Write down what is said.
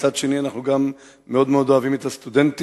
ומצד שני אנחנו גם מאוד מאוד אוהבים את הסטודנטים,